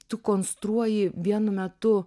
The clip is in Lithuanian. tu konstruoji vienu metu